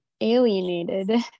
alienated